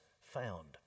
found